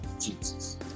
Jesus